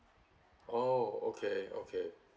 oh okay okay